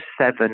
seven